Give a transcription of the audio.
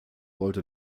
wollte